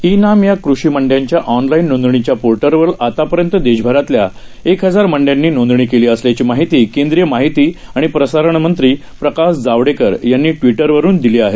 E नामयाकृषीमंडयांच्याऑनलाईननोंदणीच्यापोर्टलवरआतापर्यंतदेशभरातल्याएकहजारमंडयांनीनोंदणीकेली असल्याचीमाहितीकेंद्रीयमाहितीआणिप्रसारणमंत्रीप्रकाशजावडेकरयांनीट्विटरवरूनदिलीआहे